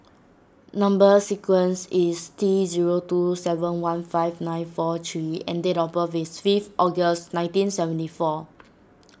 Number Sequence is T zero two seven one five nine four three H and date of birth is fifth August nineteen seventy four